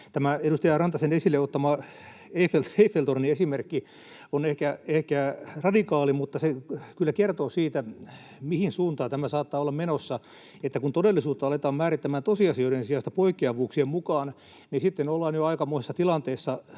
edustaja Rantasen esille ottama Eiffel-torni-esimerkki on ehkä radikaali, mutta se kyllä kertoo siitä, mihin suuntaan tämä saattaa olla menossa, sillä kun todellisuutta aletaan määrittämään tosiasioiden sijasta poikkeavuuksien mukaan, niin sitten ollaan jo aikamoisessa tilanteessa,